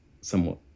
somewhat